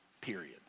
period